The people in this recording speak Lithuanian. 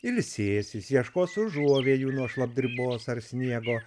ilsėsis ieškos užuovėjų nuo šlapdribos ar sniego